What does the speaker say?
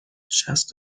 شصت